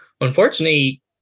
Unfortunately